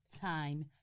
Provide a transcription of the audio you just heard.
time